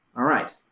all right,